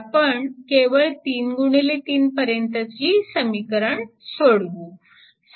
आपण केवळ 3 गुणिले 3 पर्यंतची समीकरणे सोडवू